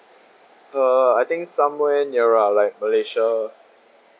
uh I think somewhere nearer like malaysia